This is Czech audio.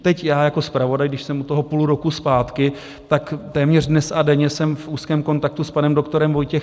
Teď já jako zpravodaj, když jsem u toho půl roku zpátky, tak téměř dnes a denně jsem v úzkém kontaktu s panem doktorem Vojtěchem Vomáčkou.